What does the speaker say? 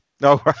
No